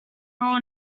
role